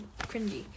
cringy